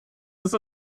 ist